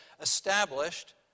established